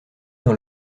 dans